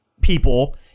people